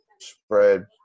spread